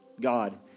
God